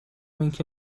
اینکه